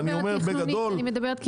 אני לא מדברת תכנונית, אני מדברת קניינית.